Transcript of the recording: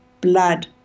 blood